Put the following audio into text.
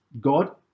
God